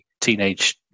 teenage